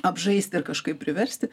apžaisti ir kažkaip priversti